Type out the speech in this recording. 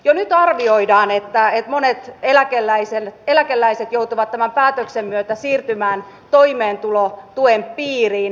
jo nyt arvioidaan että monet eläkeläiset joutuvat tämän päätöksen myötä siirtymään toimeentulotuen piiriin